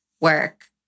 work